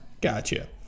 Gotcha